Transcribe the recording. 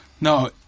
No